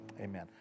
Amen